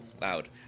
loud